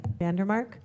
Vandermark